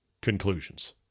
conclusions